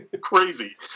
Crazy